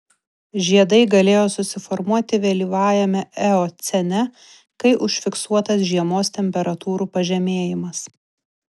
žiedai galėjo susiformuoti vėlyvajame eocene kai užfiksuotas žiemos temperatūrų pažemėjimas